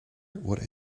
what